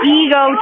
ego